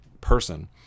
person